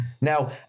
Now